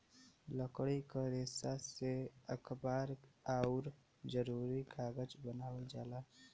लकड़ी क रेसा से अखबार आउर जरूरी कागज बनावल जाला